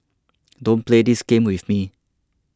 don't play this game with me